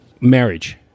Marriage